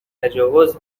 تجاوز